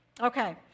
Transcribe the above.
Okay